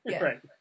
Right